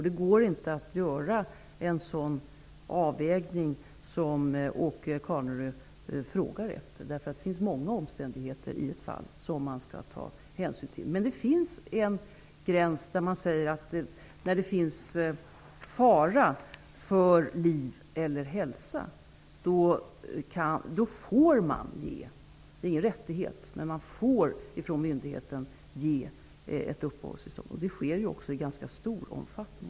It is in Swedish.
Det går inte att göra en sådan avvägning som Åke Carnerö frågar efter. Det finns alltså många omständigheter i ett fall som man skall ta hänsyn till. Det finns dock en gräns, nämligen när det är fara för liv eller hälsa. Det är ingen rättighet, men då får myndigheten ge uppehållstillstånd. Det sker också i ganska stor omfattning.